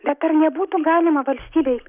bet ar nebūtų galima valstybei